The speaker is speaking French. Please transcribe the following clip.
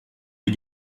les